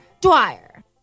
Dwyer